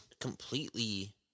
completely